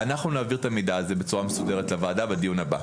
נעביר את המידע הזה בצורה מסודרת לוועדה בדיון הבא.